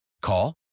Call